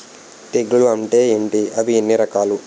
తెగులు అంటే ఏంటి అవి ఎన్ని రకాలు?